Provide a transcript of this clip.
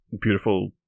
beautiful